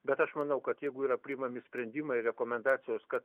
bet aš manau kad jeigu yra priimami sprendimai rekomendacijos kad